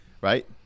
right